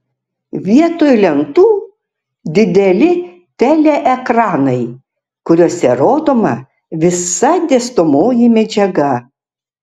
vietoj lentų dideli teleekranai kuriuose rodoma visa dėstomoji medžiaga